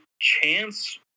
chance